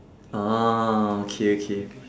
ah okay okay